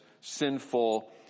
sinful